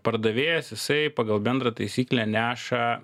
pardavėjas jisai pagal bendrą taisyklę neša